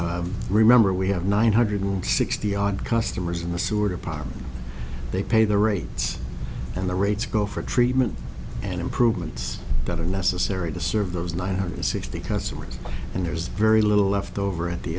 but remember we have nine hundred sixty odd customers in the sewer department they pay the rates and the rates go for treatment and improvements that are necessary to serve those nine hundred sixty customers and there's very little left over at the